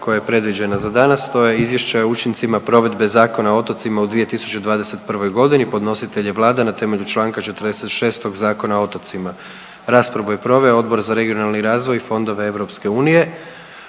koja je predviđena za danas. To je - Izvješće o učincima provedbe Zakona o otocima u 2021. godini Podnositelj je Vlada na temelju članka 46. Zakona o otocima. Raspravu je proveo Odbor za regionalni razvoj i fondove EU.